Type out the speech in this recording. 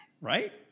right